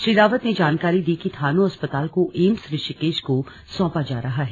श्री रावत ने जानकारी दी कि थानो अस्पताल को एम्स ऋषिकेश को सौंपा जा रहा है